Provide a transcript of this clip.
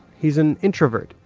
he's an introvert,